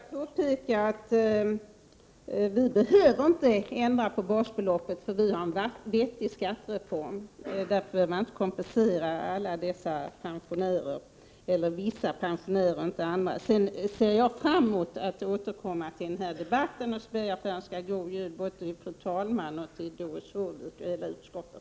Fru talman! Jag skulle vilja påpeka att vi inte behöver ändra på basbeloppet, för vi har en vettig skattereform. Därför behöver vi inte kompensera vissa pensionärer. Jag ser fram emot att återkomma till denna debatt. Jag ber att få önska god jul till både fru talmannen, Doris Håvik och hela utskottet.